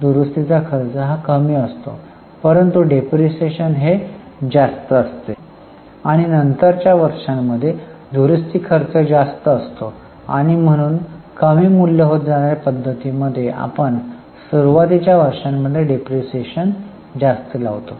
दुरुस्तीचा खर्च हा कमी असतो परंतु डिप्रीशीएशन हा जास्त असतो आणि नंतरच्या वर्षांमध्ये दुरुस्ती खर्च जास्त असतो आणि म्हणून कमी मूल्य होत जाणाऱ्या पद्धतीमध्ये आपण सुरुवातीच्या वर्षांमध्ये डिप्रीशीएशन जास्त लावतो